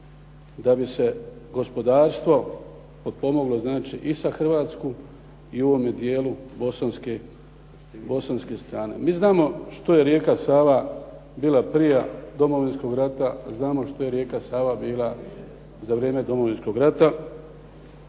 da bi se gospodarstvo potpomoglo i za Hrvatsku i u ovome dijelu bosanske strane. Mi znamo što je rijeka Sava bila prije Domovinskog rata a znamo što je rijeka Sava bila za vrijeme Domovinskog rada.